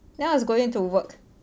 then I was going to work t